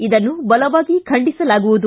ಇದನ್ನು ಬಲವಾಗಿ ಖಂಡಿಸಲಾಗುವುದು